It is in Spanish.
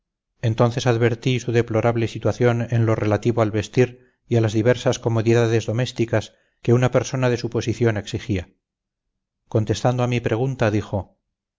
entonces advertí su deplorable situación en lo relativo al vestir y a las diversas comodidades domésticas que una persona de su posición exigía contestando a mi pregunta dijo